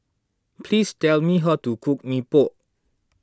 please tell me how to cook Mee Pok